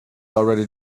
already